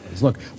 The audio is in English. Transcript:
look